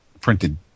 printed